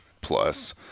plus